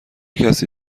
کسی